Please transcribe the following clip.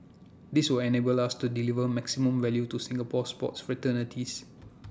this will enable us to deliver maximum value to Singapore sports fraternities